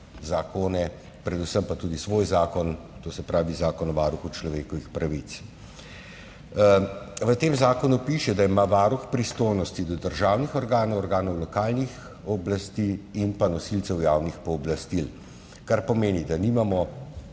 zakone, predvsem pa tudi svoj zakon, to se pravi Zakon o varuhu človekovih pravic. V tem zakonu piše, da ima Varuh pristojnosti do državnih organov, organov lokalnih oblasti in nosilcev javnih pooblastil. Kar pomeni, da nismo